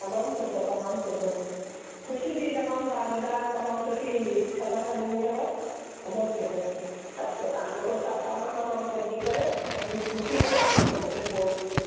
तमामु सुठो तमामु सुठो ख़ुशी थी तमामु तव्हां ॿुधायो तमामु सुठी ख़बरु ॾिनी अथव तमामु सुठो त पोइ तव्हां जेको सभु सामानु वामानु गॾिजी करे सभु लिस्ट ॾिसी करे पोइ मूंखे फ़ोन कयो